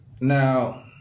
Now